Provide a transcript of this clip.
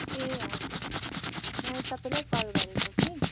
ए हजुर मैले तपाईँलाई कल गरेको कि